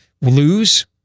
lose